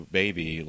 baby